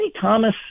thomas